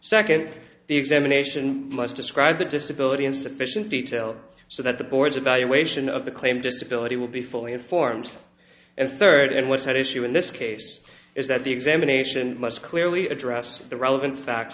second the examination must describe the disability and sufficient detail so that the board's evaluation of the claim disability will be fully informed and third and what's at issue in this case is that the examination must clearly address the relevant facts